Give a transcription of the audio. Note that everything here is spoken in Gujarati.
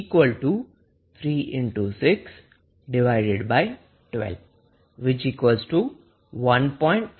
Is 3612 1